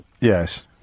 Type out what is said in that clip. Yes